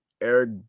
Eric